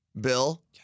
Bill